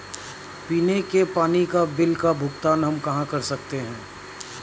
पीने के पानी का बिल का भुगतान हम कहाँ कर सकते हैं?